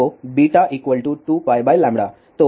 तो β 2π